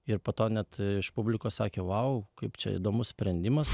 ir po to net iš publikos sakė wow kaip čia įdomus sprendimas